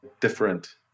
different